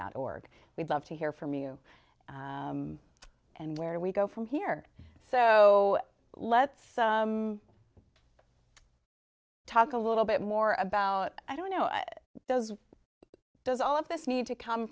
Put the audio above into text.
dot org we'd love to hear from you and where we go from here so let's talk a little bit more about i don't know does does all of this need to come